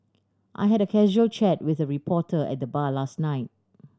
I had a casual chat with a reporter at the bar last night